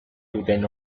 duten